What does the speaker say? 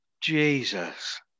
Jesus